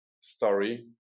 story